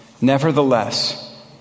Nevertheless